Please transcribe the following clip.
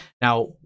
Now